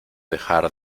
dejar